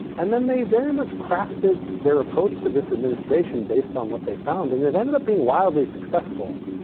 and then they very much crafted their approach to this administration based on what they found. and it ended up being wildly successful.